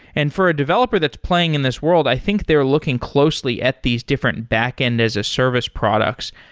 and for a developer that's playing in this world, i think they're looking closely at these different backend as a service products.